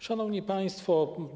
Szanowni Państwo!